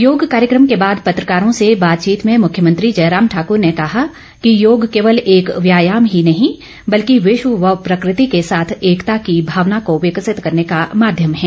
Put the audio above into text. योग कार्यक्रम के बाद पत्रकारों से बातचीत में मुख्यमंत्री जयराम ठाक्र ने कहा कि योग केवल एक व्यायाम ही नहीं बल्कि विश्व व प्रकृति के साथ एकता की भावना को विकसित करने का माध्यम है